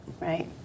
Right